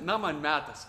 na man metas